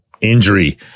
injury